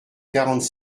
quarante